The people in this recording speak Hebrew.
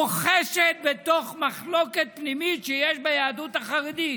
בוחשת בתוך מחלוקת פנימית שיש ביהדות החרדית,